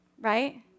Right